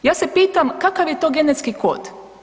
Ja se pitam kakav je to genetski kod?